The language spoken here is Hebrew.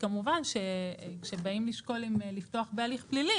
כמובן שכשבאים לשקול אם לפתוח בהליך פלילי,